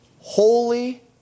holy